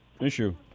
issue